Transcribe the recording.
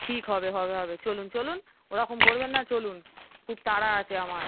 ঠিক হবে হবে হবে চলুন চলুন ওরকম করবেন না চলুন খুব তাড়া আছে আমার